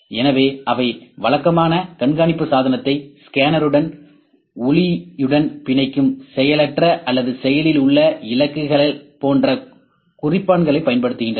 எனவே அவை வழக்கமாக கண்காணிப்பு சாதனத்தை ஸ்கேனருடன் ஒளியுடன் பிணைக்கும் செயலற்ற அல்லது செயலில் உள்ள இலக்குகள் போன்ற குறிப்பான்களைப் பயன்படுத்துகின்றன